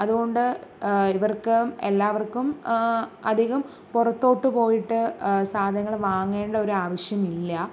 അതുകൊണ്ട് ഇവർക്ക് എല്ലാവർക്കും അധികം പുറത്തോട്ട് പോയിട്ട് സാധങ്ങൾ വാങ്ങേണ്ട ഒരാവശ്യം ഇല്ല